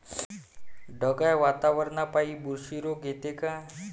ढगाळ वातावरनापाई बुरशी रोग येते का?